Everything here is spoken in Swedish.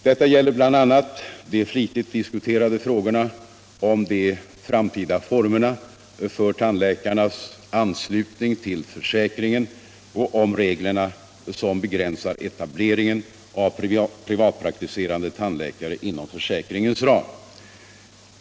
Detta gäller bl.a. de flitigt diskuterade frågorna om de framtida formerna för tandläkarnas anslutning till försäkringen och om reglerna som begränsar etableringen av privatpraktiserande tandläkare inom försäkringens ram.